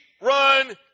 run